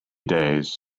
days